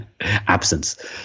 absence